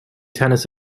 tennis